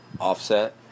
offset